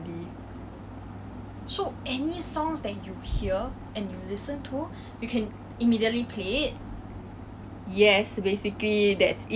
可是 I realise that eh actually I'm like the few people that actually know this skill so I am really grateful for it